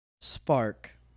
spark